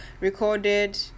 recorded